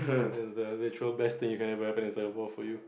that's the literal best thing you can ever happen in Singapore for you